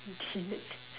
idiot